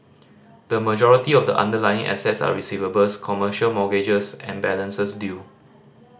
the majority of the underlying assets are receivables commercial mortgages and balances due